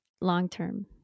long-term